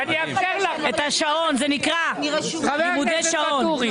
זה נקרא לימודי שעון.